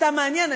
סתם מעניין,